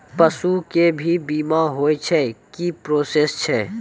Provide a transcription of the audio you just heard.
पसु के भी बीमा होय छै, की प्रोसेस छै?